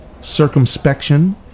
circumspection